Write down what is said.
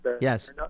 Yes